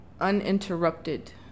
uninterrupted